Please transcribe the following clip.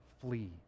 flee